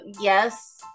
yes